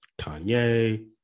Kanye